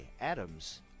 Adams